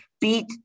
beat